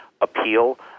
appeal